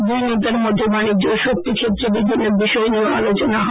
দুই নেতার মধ্যে বানিজ্য ও শক্তি ক্ষেত্রে বিভিন্ন বিষয় নিয়েও আলোচনা হয়